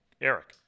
eric